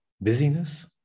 busyness